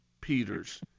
Peters